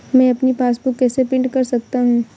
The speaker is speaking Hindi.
मैं अपनी पासबुक कैसे प्रिंट कर सकता हूँ?